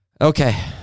Okay